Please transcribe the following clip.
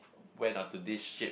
went onto this ship